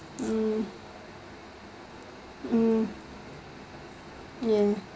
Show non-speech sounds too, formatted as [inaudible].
mm mm ya [breath]